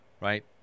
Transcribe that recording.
right